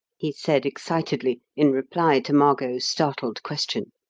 he said excitedly, in reply to margot's startled question.